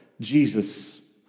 Jesus